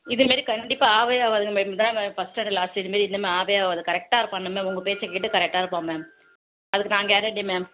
இது மாதிரி கண்டிப்பாக ஆகவே ஆகாது மேம் இதுதான் மேம் ஃபஸ்ட் அண்டு லாஸ்ட் இது மாதிரி இனிமேல் ஆகவே ஆகாது கரெக்ட்டாக இருப்பான் இனிமேல் உங்கள் பேச்சை கேட்டு கரெக்ட்டாக இருப்பான் மேம் அதுக்கு நான் கேரண்டி மேம்